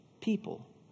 people